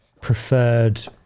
preferred